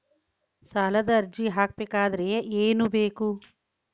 ಸಾಲದ ಅರ್ಜಿ ಹಾಕಬೇಕಾದರೆ ಏನು ಬೇಕು?